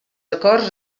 acords